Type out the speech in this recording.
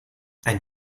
ein